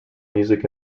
music